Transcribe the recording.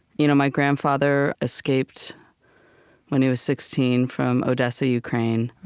you know my grandfather escaped when he was sixteen from odessa, ukraine,